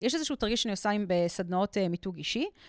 יש איזשהו תרגיל שאני עושה עם ב.. סדנאות אה.. מיתוג אישי.